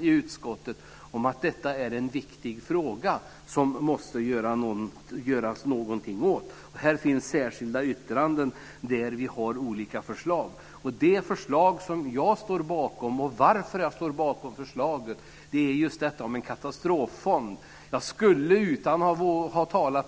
i utskottet om att detta är en viktig fråga som måste åtgärdas. Här finns särskilda yttranden där vi lägger fram olika förslag. Jag står bakom förslaget om en katastroffond.